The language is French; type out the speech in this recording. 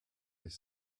les